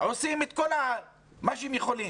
שעושים את כל מה שהם יכולים.